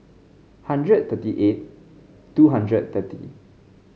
hundred thirty eight two hundred thirty